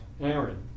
Aaron